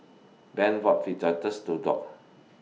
Van bought Fajitas to Dock